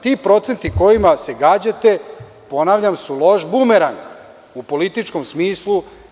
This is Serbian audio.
Ti procenti kojima se gađate su loš bumerang u političkom smislu.